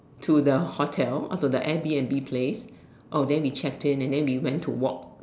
to the hotel or to the Airbnb place oh then we checked in then we went to walk